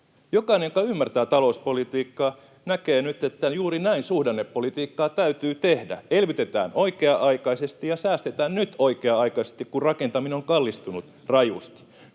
Jokainen, joka ymmärtää talouspolitiikkaa, näkee nyt, että juuri näin suhdannepolitiikkaa täytyy tehdä: elvytetään oikea-aikaisesti ja säästetään nyt oikea-aikaisesti, kun rakentaminen on kallistunut rajusti.